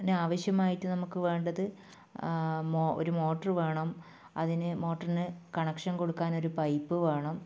ന് ആവശ്യമായിട്ട് നമുക്ക് വേണ്ടത് മോ ഒരു മോട്ടോർ വേണം അതിന് മോട്ടറിന് കണക്ഷൻ കൊടുക്കാൻ ഒരു പൈപ്പ് വേണം